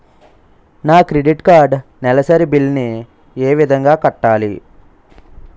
నా credit card నెలసరి bill ని ఏ విధంగా కట్టాలి?